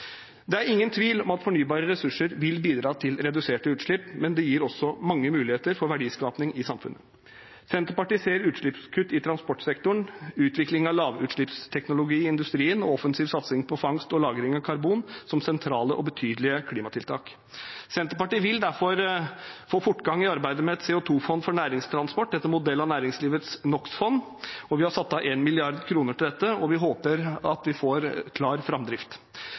Det er ingen tvil om at fornybare ressurser vil bidra til reduserte utslipp, men det gir også mange muligheter for verdiskaping i samfunnet. Senterpartiet ser utslippskutt i transportsektoren, utvikling av lavutslippsteknologi i industrien og offensiv satsing på fangst og lagring av karbon som sentrale og betydelige klimatiltak. Senterpartiet vil derfor få fortgang i arbeidet med et CO 2 -fond for næringstransport etter modell av næringslivets NOx-fond. Vi har satt av 1 mrd. kr til dette og håper at vi får klar framdrift.